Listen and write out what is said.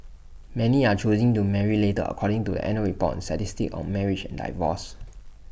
many are choosing to marry later according to the annual report on statistics on marriages and divorces